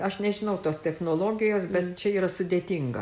aš nežinau tos technologijos bet čia yra sudėtinga